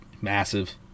massive